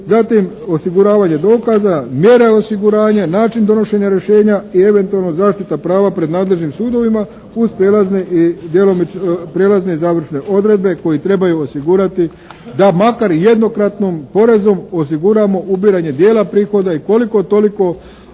zatim osiguravanje dokaza, mjere osiguranja, način donošenja rješenja i eventualno zaštita prava pred nadležnim sudovima uz prelazne i djelomično, prijelazne i završne odredbe koje trebaju osigurati da makar jednokratnom porezom osiguramo ubiranje dijela prihoda i koliko toliko